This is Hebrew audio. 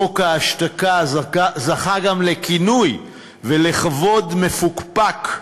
חוק ההשתקה, שזכה גם לכינוי ולכבוד מפוקפק.